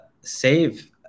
save